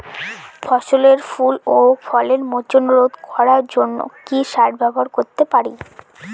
ফসলের ফুল ও ফলের মোচন রোধ করার জন্য কি সার ব্যবহার করতে পারি?